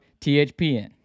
THPN